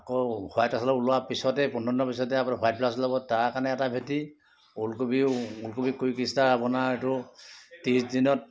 আকৌ white excel ওলোৱা পিছতেই পোন্ধৰ দিনৰ পিছতেই হোৱাইট এক্সেল ওলাব তাৰ কাৰণে এটা ভেঁটি ওলকবি ওলকবি কুইক ষ্টাৰ আপোনাৰ এইটো আৰু ত্ৰিছ দিনত